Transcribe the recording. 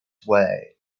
way